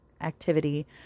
activity